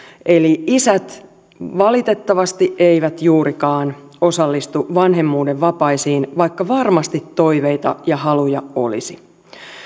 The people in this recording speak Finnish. eli isät valitettavasti eivät juurikaan osallistu vanhemmuuden vapaisiin vaikka varmasti toiveita ja haluja olisi